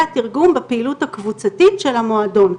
התרגום בפעילות הקבוצתית של המועדון.